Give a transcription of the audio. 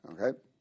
Okay